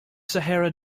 sahara